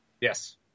Yes